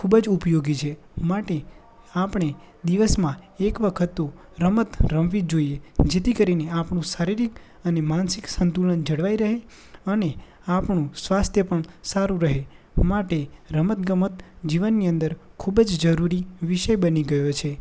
ખૂબ જ ઉપયોગી છે માટે આપણે દિવસમાં એક વખત તો રમત રમવી જ જોઇએ જેથી કરીને આપણું શારીરિક અને માનસિક સંતુલન જળવાઈ રહે અને આપણું સ્વાસ્થ્ય પણ સારું રહે માટે રમત ગમત જીવનની અંદર ખૂબ જ જરૂરી વિષય બની ગયો છે